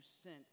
sent